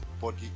body